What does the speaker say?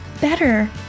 better